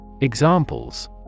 Examples